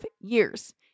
years